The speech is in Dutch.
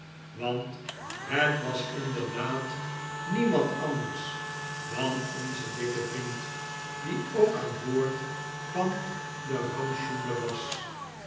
want het was inderdaad niemand anders dan onze dikke vriend die ook aan boord van den ramchunder was